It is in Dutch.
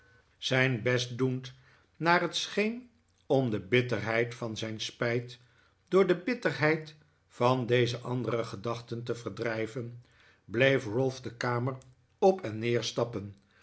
zijn best doend naar het scheen om de bitterheid van zijn spijt door de bitterheid van deze andere gedachten te yerdrijven bleef ralph de kamer op en neer stappen